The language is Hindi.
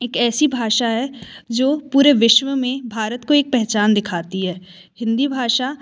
एक ऐसी भाषा है जो पूरे विश्व में भारत को एक पहचान दिखाती है हिंदी भाषा